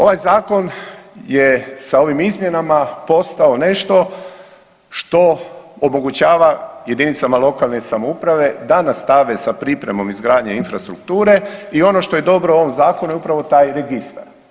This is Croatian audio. Ovaj zakon je sa ovim izmjenama postao nešto što omogućava jedinicama lokalne samouprave da nastave sa pripremom izgradnje infrastrukture i ono što je dobro u ovom zakonu je upravo taj registar.